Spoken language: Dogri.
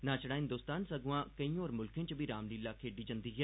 नां सिर्फ हिंदोस्तान सगुआं कोई होर मुल्खें च बी रामलीला खेड्ढी जंदी ऐ